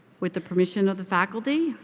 with the permission of the faculty,